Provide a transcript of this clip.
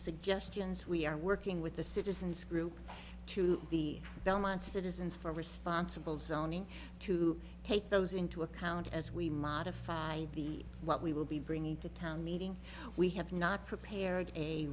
suggestions we are working with the citizens group to the belmont citizens for responsible sounding to take those into account as we modify the what we will be bringing to town meeting we have not prepared a